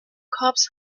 corps